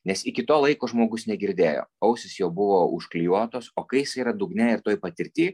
nes iki to laiko žmogus negirdėjo ausys jo buvo užklijuotos o kai jisai yra dugne ir toj patirty